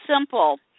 simple